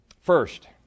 First